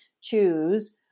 choose